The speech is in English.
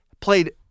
played